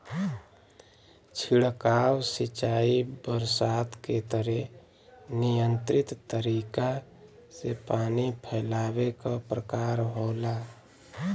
छिड़काव सिंचाई बरसात के तरे नियंत्रित तरीका से पानी फैलावे क प्रकार होला